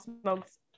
smokes